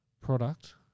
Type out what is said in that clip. product